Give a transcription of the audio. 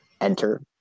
enter